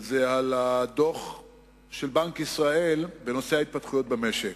וזה הדוח של בנק ישראל בנושא ההתפתחויות במשק.